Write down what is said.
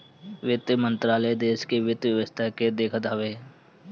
वित्त मंत्रालय देस के वित्त व्यवस्था के देखत हवे